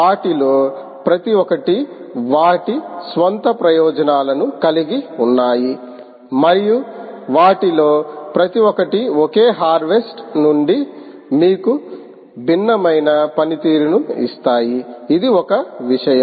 వాటిలో ప్రతి ఒక్కటి వాటి స్వంత ప్రయోజనాలను కలిగి ఉన్నాయి మరియు వాటిలో ప్రతి ఒక్కటి ఒకే హార్వెస్ట నుండి మీకు భిన్నమైన పనితీరుని ఇస్తాయి ఇది ఒక విషయం